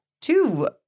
two